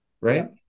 right